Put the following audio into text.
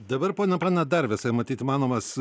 dabar ponia panina dar visai matyt įmanomas